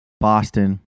Boston